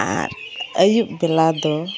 ᱟᱨ ᱟᱹᱭᱩᱵ ᱵᱮᱲᱟᱫᱚ